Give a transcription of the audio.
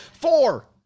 four